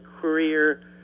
career